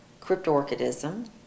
cryptorchidism